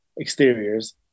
exteriors